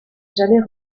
jamais